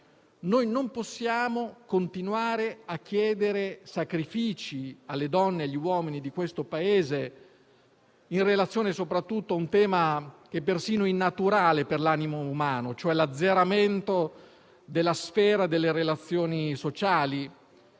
non possiamo continuare a chiedere sacrifici alle donne e agli uomini del nostro Paese in relazione soprattutto a un tema che è persino innaturale per l'animo umano, ossia l'azzeramento della sfera delle relazioni sociali